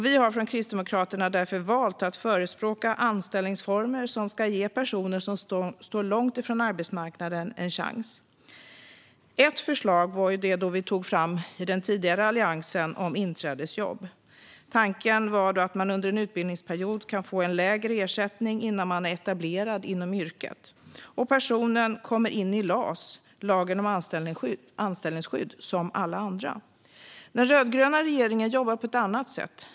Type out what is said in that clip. Vi har från Kristdemokraterna därför valt att förespråka anställningsformer som ska ge personer som står långt ifrån arbetsmarknaden en chans. Ett förslag till det var det vi tog fram i den tidigare Alliansen om inträdesjobb. Tanken är att man under en utbildningsperiod kan få en lägre ersättning innan man är etablerad inom yrket. På så sätt kommer man in i enlighet med LAS, lagen om anställningsskydd, som alla andra. Den rödgröna regeringen jobbar på ett annat sätt.